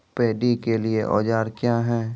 Paddy के लिए औजार क्या हैं?